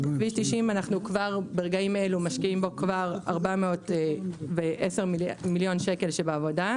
אנחנו כבר ברגעים אלו משקיעים בו 410 מיליון שקלים שבעבודה,